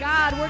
God